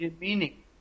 Meaning